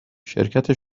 شرکت